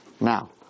Now